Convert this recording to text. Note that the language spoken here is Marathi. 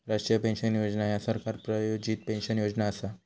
राष्ट्रीय पेन्शन योजना ह्या सरकार प्रायोजित पेन्शन योजना असा